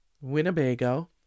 winnebago